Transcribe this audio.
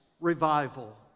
revival